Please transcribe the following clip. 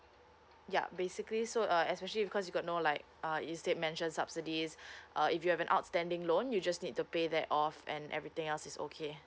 yup basically so uh especially because you got no like uh is it mentioned subsidies uh if you have an outstanding loan you just need to pay that off and everything else is okay